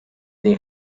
they